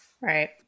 Right